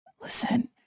Listen